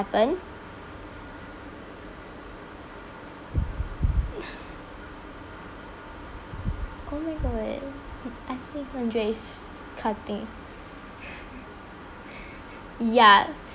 happen oh my god I think andrew is cutting ya